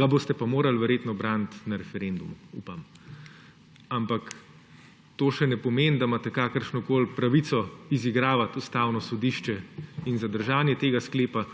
ga boste morali verjetno braniti na referendumu. Upam. Ampak to še ne pomeni, da imate kakršnokoli pravico izigravati Ustavno sodišče. Zadržanje tega sklepa